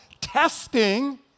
testing